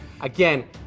Again